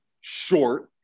short